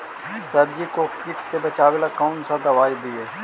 सब्जियों को किट से बचाबेला कौन सा दबाई दीए?